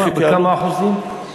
בכמה אחוזים?